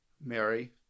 mary